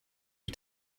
you